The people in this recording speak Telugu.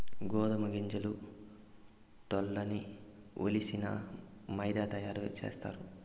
గోదుమ గింజల తోల్లన్నీ ఒలిసేసి మైదా తయారు సేస్తారు